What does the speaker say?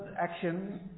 action